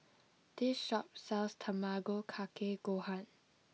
this shop sells Tamago Kake Gohan